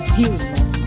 human